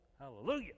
Hallelujah